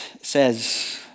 says